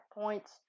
points